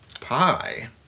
pie